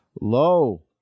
Lo